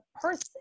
person